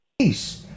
peace